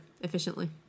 efficiently